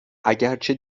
اگرچه